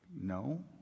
No